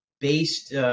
Based